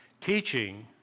Teaching